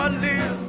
ah new